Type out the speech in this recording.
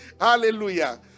hallelujah